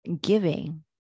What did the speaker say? giving